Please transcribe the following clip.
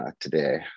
today